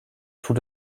tut